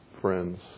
friends